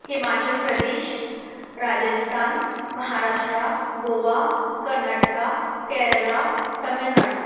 Himachal Pradesh Rajasthan Maharashtra Goa Karnataka Kerala Tamil Nadu